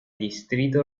distrito